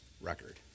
record